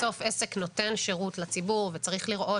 בסוף עסק נותן שירות לציבור וצריך לראות